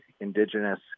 indigenous